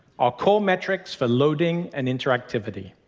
our core metrics for loading and interactivity.